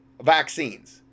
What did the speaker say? vaccines